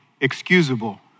excusable